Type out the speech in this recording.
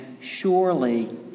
surely